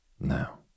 Now